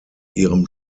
ihrem